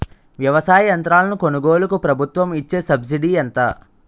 వ్యవసాయ యంత్రాలను కొనుగోలుకు ప్రభుత్వం ఇచ్చే సబ్సిడీ ఎంత?